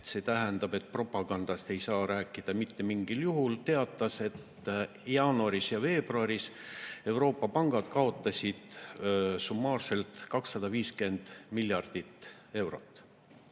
see tähendab, et propagandast ei saa rääkida mitte mingil juhul –, teatas, et jaanuaris ja veebruaris Euroopa pangad kaotasid kokku 250 miljardit eurot.